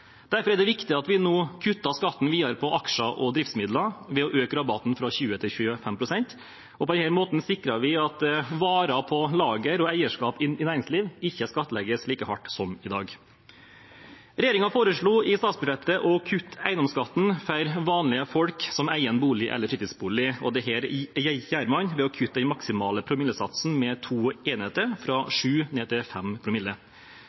Derfor er det viktig at vi nå kutter skatten videre på aksjer og driftsmidler ved å øke rabatten fra 20 til 25 pst. På den måten sikrer vi at varer på lager og eierskap i næringsliv ikke skattlegges like hardt som i dag. Regjeringen foreslo i statsbudsjettet å kutte eiendomsskatten for vanlige folk som eier en bolig eller fritidsbolig. Dette gjør man ved å kutte den maksimale promillesatsen med to enheter, fra 7 og ned til 5 promille.